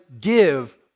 give